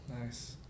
Nice